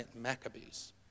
Maccabees